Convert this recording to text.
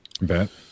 Bet